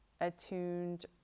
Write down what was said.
attuned